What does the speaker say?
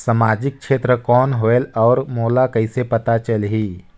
समाजिक क्षेत्र कौन होएल? और मोला कइसे पता चलही?